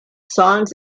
songs